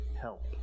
help